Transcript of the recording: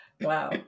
Wow